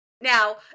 Now